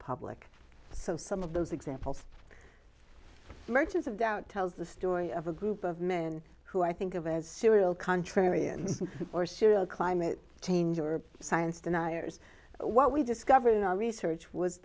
public so some of those examples emergence of doubt tells the story of a group of men who i think of as serial contrarian's or serial climate change or science deniers what we discovered in our research was